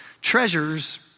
treasures